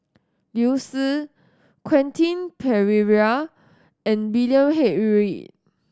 Liu Si Quentin Pereira and William H Read